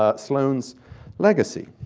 ah sloane's legacy.